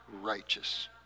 righteous